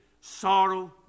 sorrow